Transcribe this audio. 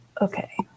Okay